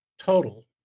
total